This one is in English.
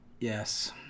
Yes